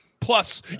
plus